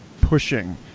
pushing